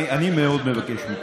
אני מאוד מבקש מכם,